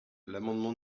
l’amendement